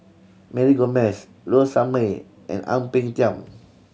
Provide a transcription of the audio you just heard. Mary Gomes Low Sanmay and Ang Peng Tiam